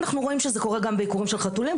אנחנו רואים שזה קורה גם בעיקורים של חתולים,